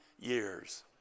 years